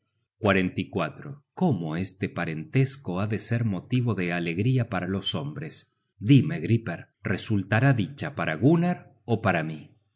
á mi lado cómo este parentesco ha de ser motivo de alegría para los hombres dime griper resultará dicha para gunnar ó para mí